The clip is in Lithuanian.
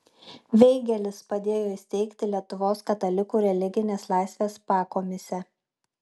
veigelis padėjo įsteigti lietuvos katalikų religinės laisvės pakomisę